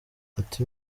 ati